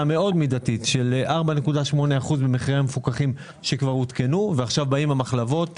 מאוד מדתית של 4.8% במחירי המפוקחים שכבר עודכנו ועכשיו באות המחלבות,